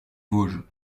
vosges